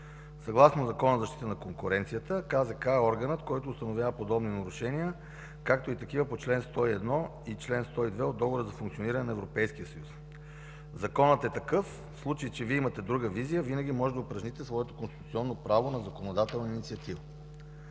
Съгласно Закона за защита на конкуренцията КЗК е органът, който установява подобни нарушения, както и такива по чл. 101 и чл. 102 от договора за функциониране на Европейския съюз. Законът е такъв. В случай че Вие имате друга визия, винаги можете да упражните своето конституционно право на законодателна инициатива.